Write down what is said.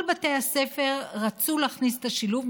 כל בתי הספר רצו להכניס את השילוב,